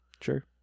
Sure